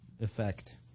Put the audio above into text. effect